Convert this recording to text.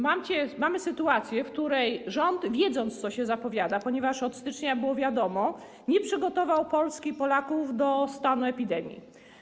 Mamy sytuację, w której rząd, wiedząc, co się zapowiada, ponieważ od stycznia było o tym wiadomo, nie przygotował Polski ani Polaków do stanu epidemii.